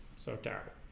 so bad